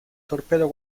torpedo